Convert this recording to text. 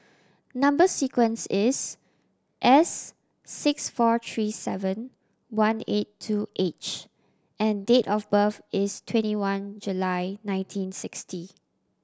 number sequence is S six four three seven one eight two H and date of birth is twenty one July nineteen sixty